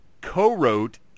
co-wrote